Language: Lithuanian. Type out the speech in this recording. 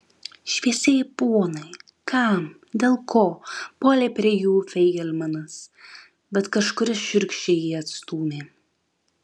šviesieji ponai kam dėl ko puolė prie jų feigelmanas bet kažkuris šiurkščiai jį atstūmė